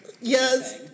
Yes